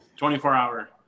24-hour